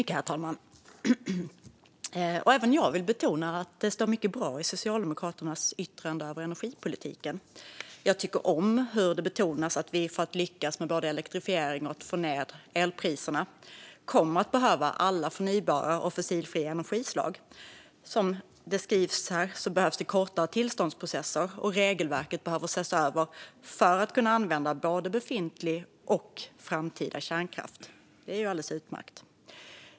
Herr talman! Även jag vill betona att det står mycket som är bra i Socialdemokraternas yttrande över energipolitiken. Jag tycker om hur det betonas att vi för att lyckas med både elektrifieringen och att få ned elpriserna kommer att behöva alla förnybara och fossilfria energislag. Som det skrivs behövs det kortare tillståndsprocesser, och regelverket behöver ses över för att vi ska kunna använda både befintlig och framtida kärnkraft. Det är ju alldeles utmärkt.